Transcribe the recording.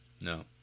No